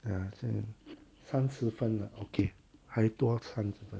呀这样三十分了 okay 还有多三十分